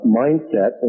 mindset